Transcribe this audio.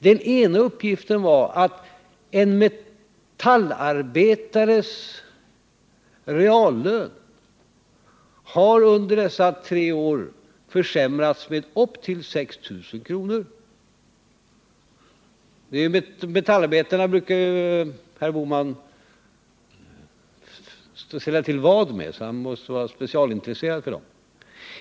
Den ena är att en metallarbetares reallön under dessa tre år har försämrats med upp till 6 000 kr. — herr Bohman brukar ju slå vad med metallarbetare, så han är tydligen specialintresserad av dem.